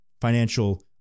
financial